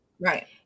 Right